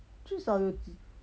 至少有几